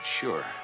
sure